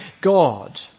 God